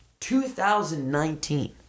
2019